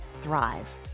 thrive